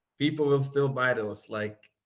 people will still buy those like,